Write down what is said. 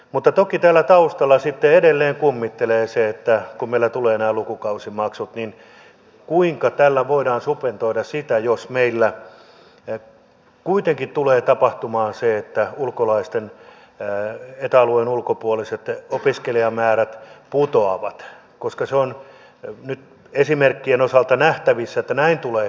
mutta toki täällä taustalla edelleen kummittelee se kun meille tulevat nämä lukukausimaksut kuinka tällä voidaan subventoida sitä jos meillä kuitenkin tulee tapahtumaan se että ulkolaisten eta alueen ulkopuolisten opiskelijamäärät putoavat koska se on nyt esimerkkien osalta nähtävissä että näin tulee käymään